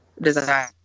desire